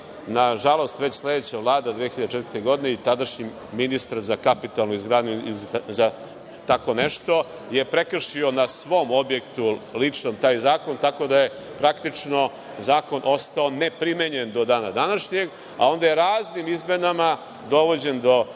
nažalost već sledeća Vlada 2004. godine i tadašnji ministar za kapitalno ili tako nešto je prekršio na svom objektu ličnom taj zakon, tako da je praktično zakon ostao neprimenjen do dana današnjeg, a onda je raznim izmenama dovođen do